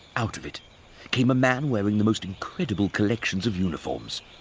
out of it came a man wearing the most incredible collections of uniforms,